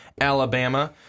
Alabama